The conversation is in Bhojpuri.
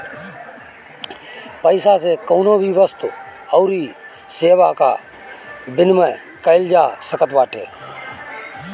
पईसा से कवनो भी वस्तु अउरी सेवा कअ विनिमय कईल जा सकत बाटे